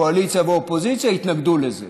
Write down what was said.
קואליציה ואופוזיציה, התנגדו לזה,